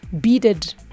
beaded